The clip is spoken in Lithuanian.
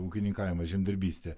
ūkininkavimas žemdirbystė